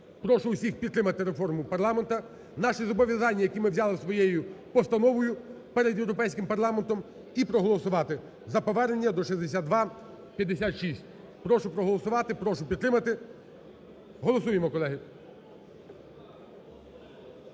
Прошу всіх підтримати реформу парламенту, наші зобов'язання, які ми взяли своєю постановою перед Європейським парламентом, і проголосувати за повернення до 6256. Прошу проголосувати, прошу підтримати. Голосуємо, колеги.